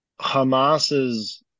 Hamas's